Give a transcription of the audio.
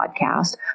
podcast